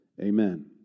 Amen